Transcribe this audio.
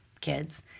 kids